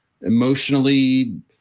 emotionally